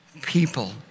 people